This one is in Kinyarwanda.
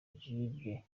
jubilee